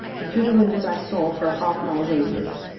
and through the windows i saw, for a half-mile radius,